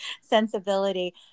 sensibility